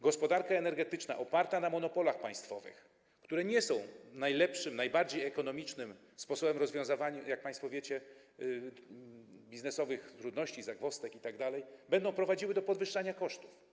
Gospodarka energetyczna oparta na monopolach państwowych, które nie są najlepszym, najbardziej ekonomicznym sposobem rozwiązywania, jak państwo wiecie, biznesowych trudności, zagwozdek itd., będą prowadziły do podwyższania kosztów.